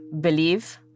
believe